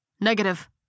Negative